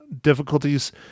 difficulties